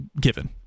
given